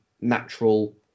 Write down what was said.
natural